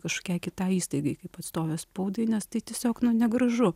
kažkokiai kitai įstaigai kaip atstovės spaudai nes tai tiesiog negražu